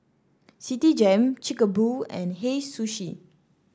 Citigem Chic A Boo and Hei Sushi